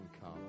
come